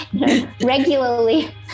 Regularly